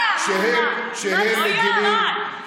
כשהם מגינים עלינו,